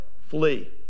flee